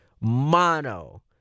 mono